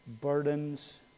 burdens